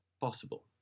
possible